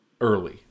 early